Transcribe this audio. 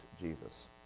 Jesus